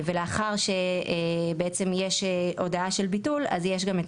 ולאחר שבעצם יש הודעה של ביטול אז יש גם את